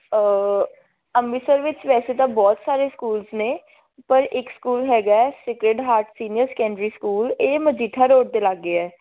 ਅੰਮ੍ਰਿਤਸਰ ਵਿੱਚ ਵੈਸੇ ਤਾਂ ਬਹੁਤ ਸਾਰੇ ਸਕੂਲਜ਼ ਨੇ ਪਰ ਇੱਕ ਸਕੂਲ ਹੈਗਾ sacred heart senior secondary school ਇਹ ਮਜੀਠਾ ਰੋਡ ਦੇ ਲਾਗੇ ਹੈ